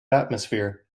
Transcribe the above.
atmosphere